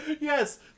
yes